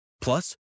Plus